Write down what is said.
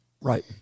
Right